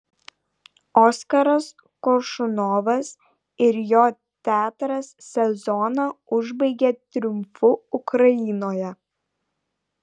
oskaras koršunovas ir jo teatras sezoną užbaigė triumfu ukrainoje